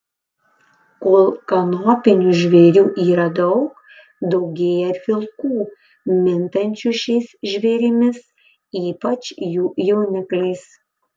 kol kanopinių žvėrių yra daug daugėja ir vilkų mintančių šiais žvėrimis ypač jų jaunikliais